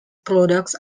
products